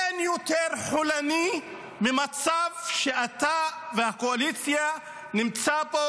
דן: אין יותר חולני ממצב שבו אתה והקואליציה נמצאים פה,